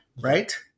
right